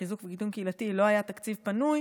לחיזוק וקידום קהילתי לא היה תקציב פנוי,